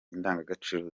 indangagaciro